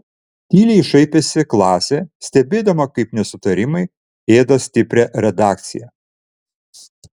tyliai šaipėsi klasė stebėdama kaip nesutarimai ėda stiprią redakciją